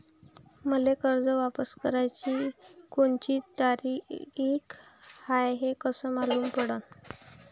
मले कर्ज वापस कराची कोनची तारीख हाय हे कस मालूम पडनं?